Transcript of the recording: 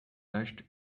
rushed